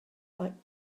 like